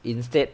instead